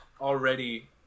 already